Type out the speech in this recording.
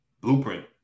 Blueprint